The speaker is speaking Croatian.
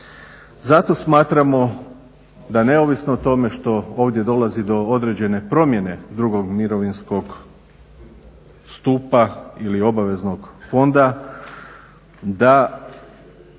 Zato smatramo da neovisno o tome što ovdje dolazi do određene promjene drugog mirovinskog stupa ili obaveznog fonda da